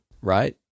right